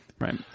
Right